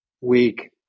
week